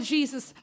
Jesus